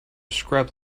scrub